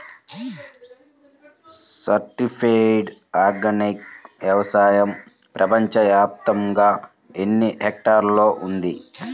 Certified organic వ్యవసాయం ప్రపంచ వ్యాప్తముగా ఎన్నిహెక్టర్లలో ఉంది?